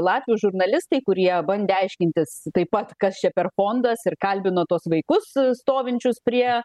latvių žurnalistai kurie bandė aiškintis taip pat kas čia per fondas ir kalbino tuos vaikus stovinčius prie